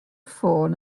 ffôn